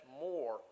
more